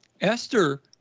Esther